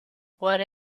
what